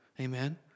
amen